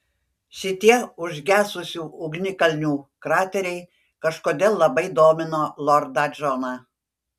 šitie užgesusių ugnikalnių krateriai kažkodėl labai domino lordą džoną